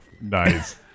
nice